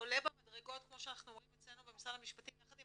עולה במדרגות כמו שאנחנו אומרים אצלנו במשרד המשפטים יחד עם